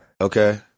Okay